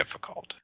difficult